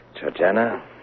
Georgiana